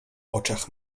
oczach